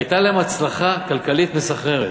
הייתה להם הצלחה כלכלית מסחררת,